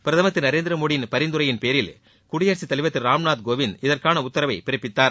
பிரதமர் திரு நரேந்திர மோடியின் பரிந்துரையின் பேரில் குடியரசுத் தலைவர் திரு ராம் நாத் கோவிந்த் இதற்கான உத்தரவை பிறப்பித்தார்